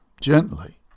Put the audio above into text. gently